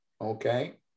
Okay